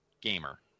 gamer